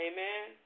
Amen